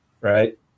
right